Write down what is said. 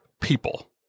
people